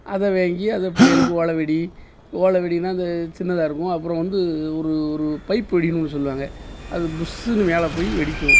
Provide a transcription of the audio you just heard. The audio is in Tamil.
அதை வாங்கி அதை பிள்ளைகளுக்கு ஓலை வெடி ஓலை வெடின்னா அந்த சின்னதாக இருக்கும் அப்புறம் வந்து ஒரு ஒரு பைப்பு வெடின்னு ஒன்று சொல்லுவாங்க அது புஸ்ஸுன்னு மேலப்போய் வெடிக்கும்